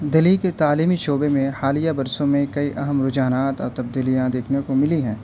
دلہی کے تعلیمی شعبے میں حالیہ برسوں میں کئی اہم رجحانات اور تبدیلیاں دیکھنے کو ملی ہیں